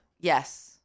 Yes